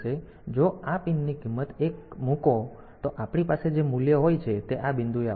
તેથી જો આ પિનની કિંમત 1 મુકો તો આપણી પાસે જે મૂલ્ય હોય છે તે આ બિંદુએ આવશે